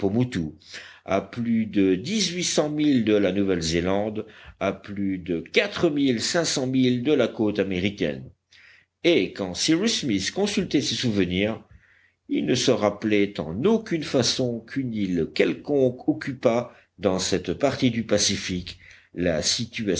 à plus de dix-huit cents milles de la nouvelle zélande à plus de quatre mille cinq cents milles de la côte américaine et quand cyrus smith consultait ses souvenirs il ne se rappelait en aucune façon qu'une île quelconque occupât dans cette partie du pacifique la